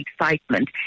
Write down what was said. excitement